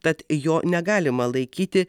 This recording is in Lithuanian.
tad jo negalima laikyti